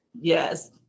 Yes